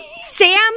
Sam